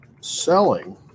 selling